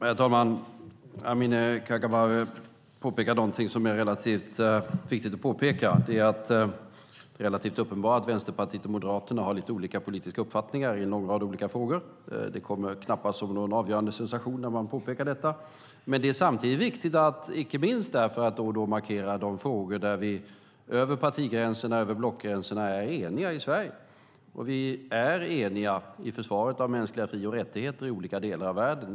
Herr talman! Amineh Kakabaveh påpekar någonting som är relativt viktigt att påpeka, nämligen att det är ganska uppenbart att Vänsterpartiet och Moderaterna har lite olika politiska uppfattningar i en lång rad frågor. Det kommer knappast som någon avgörande sensation när man påpekar det. Samtidigt är det viktigt att då och då markera de frågor där vi över partigränserna, över blockgränserna, är eniga i Sverige. Vi är eniga i försvaret av mänskliga fri och rättigheter i olika delar av världen.